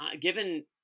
given